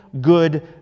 good